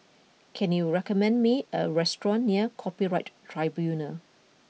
can you recommend me a restaurant near Copyright Tribunal